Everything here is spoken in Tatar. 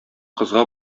кызга